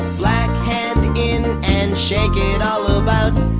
black hand in and shake it all about.